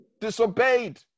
disobeyed